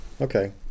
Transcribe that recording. okay